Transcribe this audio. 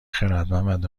خردمند